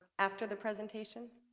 after the presentation,